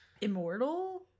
immortal